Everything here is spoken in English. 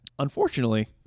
Unfortunately